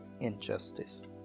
injustice